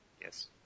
Yes